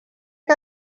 que